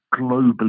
globally